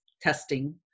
testing